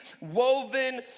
woven